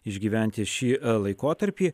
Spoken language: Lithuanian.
išgyventi šį laikotarpį